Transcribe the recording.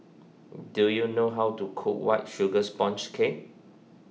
do you know how to cook White Sugar Sponge Cake